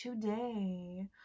Today